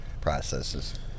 processes